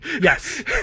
yes